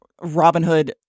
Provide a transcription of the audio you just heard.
Robinhood